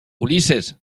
ulises